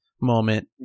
moment